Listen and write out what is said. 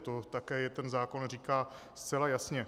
To také ten zákon říká zcela jasně.